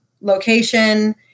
location